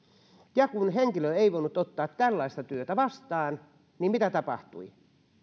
ja kun henkilö ei voinut ottaa tällaista työtä vastaan niin mitä tapahtui